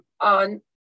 on